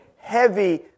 Heavy